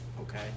Okay